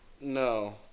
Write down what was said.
No